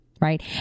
right